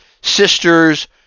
sisters